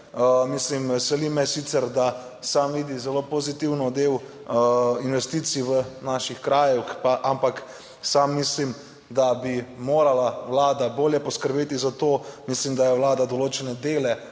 Mislim, veseli me sicer, da sam vidim zelo pozitivno del investicij v naših krajih, ampak sam mislim, da bi morala Vlada bolje poskrbeti za to. Mislim, da je vlada določene dele,